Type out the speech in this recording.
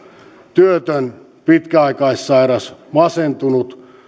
työtön pitkäaikaissairas masentunut